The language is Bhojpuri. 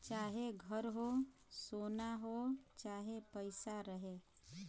चाहे घर हो, सोना हो चाहे पइसा रहे